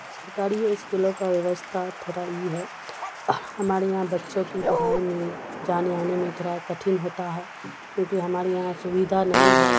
سرکاری اسکولوں کا ویوستھا تھوڑا ای ہے ہمارے یہاں بچوں کی پڑھائی میں جانے آنے میں تھوڑا کٹھن ہوتا ہے کیونکہ ہمارے یہاں سویدھا نہیں ہے